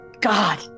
God